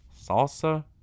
salsa